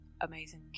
Amazing